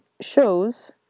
shows